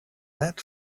that